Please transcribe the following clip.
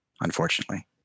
unfortunately